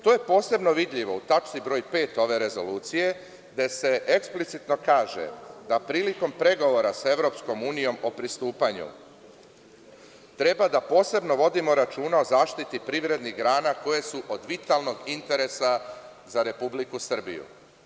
To je posebno vidljivo u tački 5. ove rezolucije, gde se eksplicitno kaže da prilikom pregovorom sa EU o pristupanju treba posebno da vodimo računa o zaštiti privrednih grana koje su od vitalnog interesa za Republiku Srbiju.